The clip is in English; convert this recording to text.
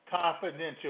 confidential